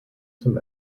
zum